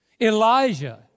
Elijah